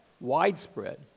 widespread